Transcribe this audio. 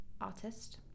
artist